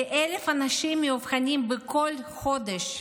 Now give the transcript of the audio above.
כ-1,000 אנשים מאובחנים בכל חודש,